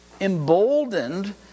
emboldened